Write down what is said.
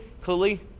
Clearly